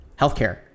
healthcare